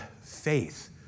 faith